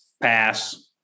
Pass